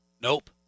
Nope